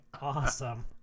awesome